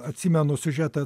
atsimenu siužetą